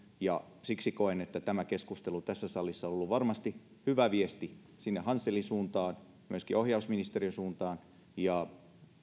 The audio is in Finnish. ja siksi koen että tämä keskustelu tässä salissa on ollut varmasti hyvä viesti sinne hanselin suuntaan ja myöskin ohjausministerin suuntaan ja